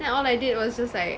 then all I did was just like